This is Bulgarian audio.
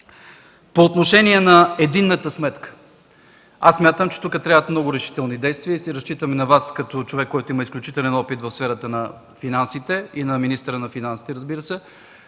По отношение на единната сметка, смятам че тук трябват много решителни действия и ще разчитам на Вас като човек, който има изключителен опит в сферата на финансите, и на министъра на финансите, разбира се,